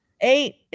Eight